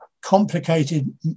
complicated